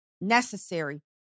necessary